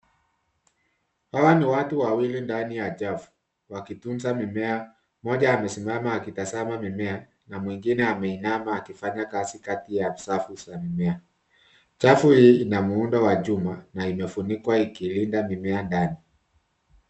Hawa ni watu wawili ndani ya chafu wakitunza mimea. Mmoja amesimama akitazama mimea na mwingine ameinama akifanya kazi kati ya safu za mimea. Chafu hii ina muundo wa chuma na imefunikwa ikilinda mimea ndani.